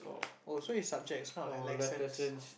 oh so is subjects not like lessons